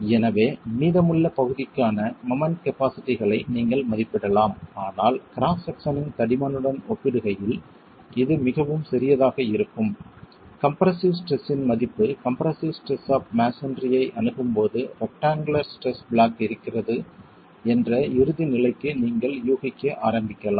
எனவே மீதமுள்ள பகுதிக்கான மொமெண்ட் கபாஸிட்டிகளை நீங்கள் மதிப்பிடலாம் ஆனால் கிராஸ் செக்சனின் தடிமனுடன் ஒப்பிடுகையில் இது மிகவும் சிறியதாக இருக்கும் கம்ப்ரெஸ்ஸிவ் ஸ்ட்ரெஸ் இன் மதிப்பு கம்ப்ரெஸ்ஸிவ் ஸ்ட்ரெஸ் ஆப் மஸோன்றியை அணுகும்போது ரெக்ட்டாங்குலர் ஸ்ட்ரெஸ் பிளாக் இருக்கிறது என்ற இறுதி நிலைக்கு நீங்கள் யூகிக்க ஆரம்பிக்கலாம்